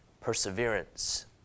perseverance